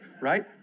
Right